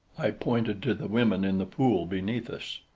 i pointed to the women in the pool beneath us.